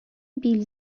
بیل